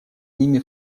ними